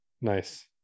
Nice